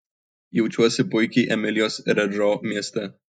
jaučiuosi puikiai emilijos redžo mieste